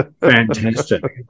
fantastic